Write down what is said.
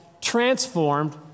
Transformed